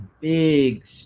big